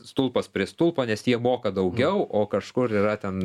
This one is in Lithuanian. stulpas prie stulpo nes jie moka daugiau o kažkur yra ten